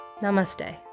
Namaste